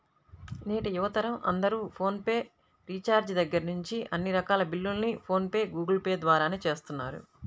నేటి యువతరం అందరూ ఫోన్ రీఛార్జి దగ్గర్నుంచి అన్ని రకాల బిల్లుల్ని ఫోన్ పే, గూగుల్ పే ల ద్వారానే చేస్తున్నారు